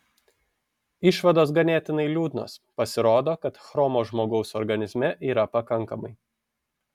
išvados ganėtinai liūdnos pasirodo kad chromo žmogaus organizme yra pakankamai